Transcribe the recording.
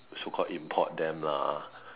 so called import them lah